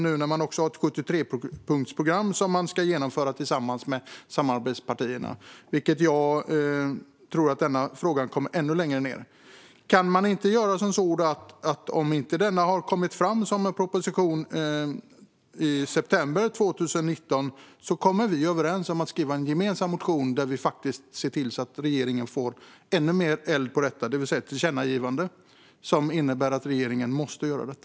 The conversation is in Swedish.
Nu har man ju också ett 73-punktsprogram att genomföra tillsammans med samarbetspartierna, vilket jag tror gör att denna fråga kommer ännu längre ned. Om det inte har kommit någon proposition i denna fråga i september 2019, kan vi då inte komma överens om att skriva en gemensam motion där vi ser till att sätta ännu mer tryck på regeringen med ett tillkännagivande som innebär att regeringen måste göra detta?